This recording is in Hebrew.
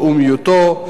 לאומיותו,